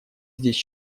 здесь